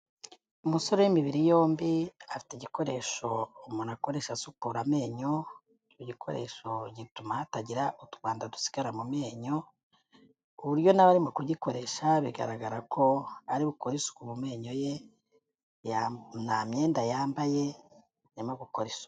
Umusore w'imibiri yombi afite igikoresho umuntu akoresha asukura amenyo. Igikoresho gituma hatagira utwanda dusigara mu menyo. Ku buryo na we ari mu kugikoresha. Bigaragara ko aribukore isuku mu menyo ye. Nta myenda yambaye arimo gukora isuku.